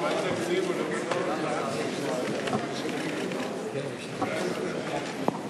חבר הכנסת יואל חסון, אתה מפריע לחבר